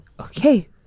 Okay